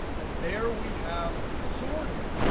and there we have sorted.